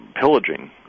pillaging